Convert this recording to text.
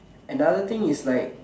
another thing is like